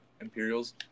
Imperials